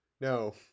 No